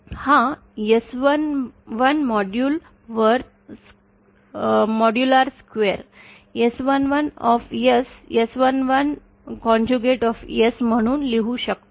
आता हा S11 modular square S11 S11 conjugate म्हणून लिहू शकतो